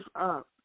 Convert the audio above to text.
up